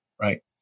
Right